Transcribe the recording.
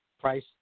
price